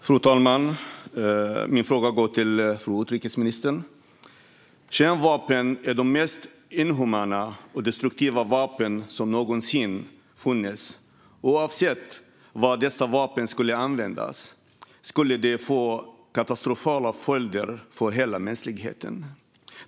Fru talman! Min fråga går till fru utrikesministern. Kärnvapen är de mest inhumana och destruktiva vapen som någonsin har funnits. Oavsett var dessa vapen används får det katastrofala följder för hela mänskligheten.